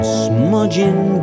smudging